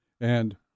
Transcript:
And-